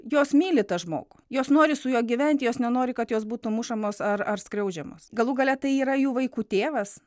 jos myli tą žmogų jos nori su juo gyventi jos nenori kad jos būtų mušamos ar ar skriaudžiamos galų gale tai yra jų vaikų tėvas